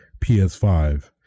PS5